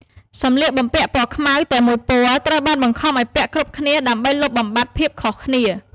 សម្លៀកបំពាក់ពណ៌ខ្មៅតែមួយពណ៌ ត្រូវបានបង្ខំឱ្យពាក់គ្រប់គ្នាដើម្បីលុបបំបាត់ភាពខុសគ្នា។